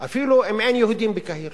אפילו אם אין יהודים בקהיר,